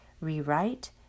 rewrite